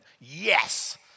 yes